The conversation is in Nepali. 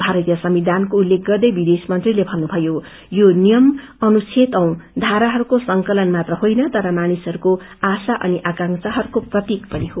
भारतीय संविधानको उल्लेख गर्दै विदेश मंत्रीले भन्नुभयो यो नियम अनुच्छेद औ धाराहरूको संकलन मात्र होइन तर मानिसहरूको आशा अनि आकांशाहरूको प्रतीक पनि हो